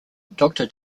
doctor